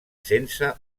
sense